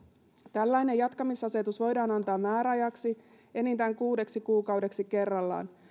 tällainen jatkamisasetus voidaan antaa määräajaksi enintään kuudeksi kuukaudeksi kerrallaan